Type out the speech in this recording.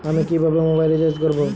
আমি কিভাবে mobile recharge করব?